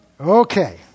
Okay